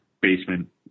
basement